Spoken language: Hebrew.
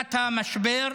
בתחילת המשבר,